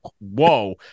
whoa